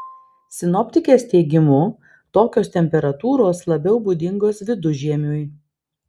sinoptikės teigimu tokios temperatūros labiau būdingos vidužiemiui